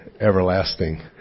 everlasting